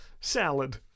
salad